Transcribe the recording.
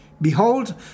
Behold